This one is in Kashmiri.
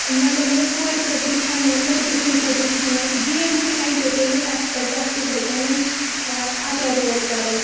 مطلب کورِ خٲطرٕ چھَنہٕ لٔڑکہٕ سٕنٛدۍ خٲطرٕ چھَنہٕ گیم چھِ اٮ۪نٛٹَٹینمٮ۪نٛٹ اَسہِ پَزِ اَتھ تِتھَے کٔنۍ اَدا رول کَرُن